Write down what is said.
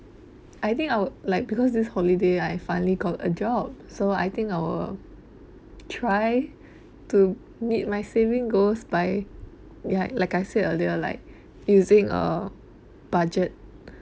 I think I would like because this holiday I finally got a job so I think I will try to meet my saving goals by ya like I said earlier like using a budget